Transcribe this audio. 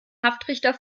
haftrichter